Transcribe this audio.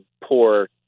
poor